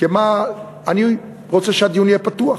אני רוצה שהדיון יהיה פתוח,